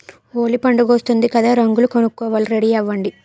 హోలీ పండుగొస్తోంది కదా రంగులు కొనుక్కోవాలి రెడీ అవ్వండి